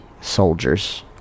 soldiers